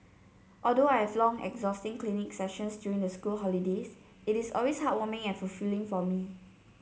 although I have long exhausting clinic sessions during the school holidays it is always heartwarming and fulfilling for me